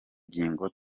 ngingo